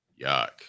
Yuck